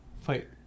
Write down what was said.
fight